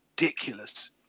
ridiculous